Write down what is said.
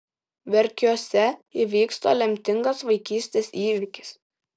verkiuose įvyksta lemtingas vaikystės įvykis